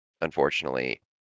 Unfortunately